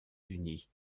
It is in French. unies